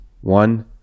One